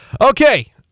Okay